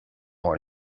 mór